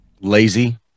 Lazy